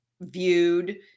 viewed